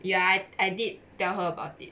ya I did tell her about it